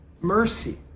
Mercy